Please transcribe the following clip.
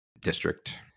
district